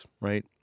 right